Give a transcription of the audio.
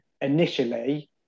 initially